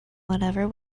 whatever